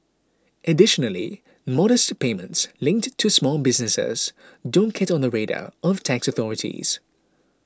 additionally modest payments linked to small business don't get on the radar of tax authorities